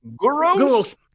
Guros